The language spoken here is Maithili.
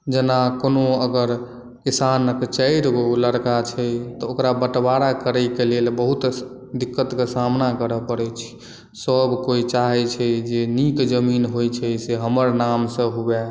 जेना कोनो अगर किसानक चारि गो लड़का छै तऽ ओकरा बँटवारा करय के लेल बहुत दिक्कत के सामना करय परै छै सब कोइ चाहै छै जे नीक जमीन होइ छै से हमर नाम से हुए